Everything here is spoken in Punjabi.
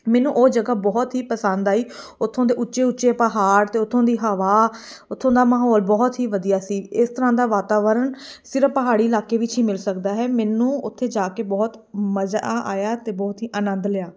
ਮੈਨੂੰ ਉਹ ਜਗ੍ਹਾ ਬਹੁਤ ਹੀ ਪਸੰਦ ਆਈ ਉੱਥੋਂ ਦੇ ਉੱਚੇ ਉੱਚੇ ਪਹਾੜ ਅਤੇ ਉੱਥੋਂ ਦੀ ਹਵਾ ਉੱਥੋਂ ਦਾ ਮਾਹੌਲ ਬਹੁਤ ਹੀ ਵਧੀਆ ਸੀ ਇਸ ਤਰ੍ਹਾਂ ਦਾ ਵਾਤਾਵਰਨ ਸਿਰਫ ਪਹਾੜੀ ਇਲਾਕੇ ਵਿੱਚ ਹੀ ਮਿਲ ਸਕਦਾ ਹੈ ਮੈਨੂੰ ਉੱਥੇ ਜਾ ਕੇ ਬਹੁਤ ਮਜ਼ਾ ਆਇਆ ਅਤੇ ਬਹੁਤ ਹੀ ਆਨੰਦ ਲਿਆ